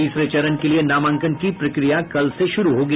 तीसरे चरण के लिए नामांकन की प्रक्रिया कल से शुरू होगी